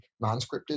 non-scripted